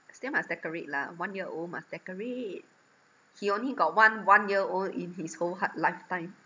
still must decorate lah one year old must decorate he only got one one year old in his whole hard lifetime